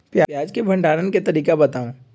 प्याज के भंडारण के तरीका बताऊ?